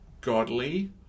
godly